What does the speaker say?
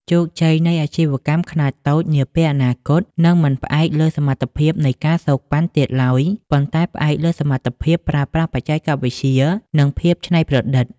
ជោគជ័យនៃអាជីវកម្មខ្នាតតូចនាពេលអនាគត នឹងមិនផ្អែកលើសមត្ថភាពនៃ ការសូកប៉ាន់ ទៀតឡើយ ប៉ុន្តែផ្អែកលើសមត្ថភាពប្រើប្រាស់បច្ចេកវិទ្យា និងភាពច្នៃប្រឌិត។